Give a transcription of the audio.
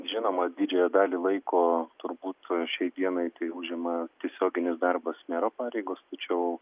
žinoma didžiąją dalį laiko turbūt šiai dienai tai užima tiesioginis darbas mero pareigos tačiau